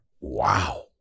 Wow